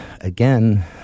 again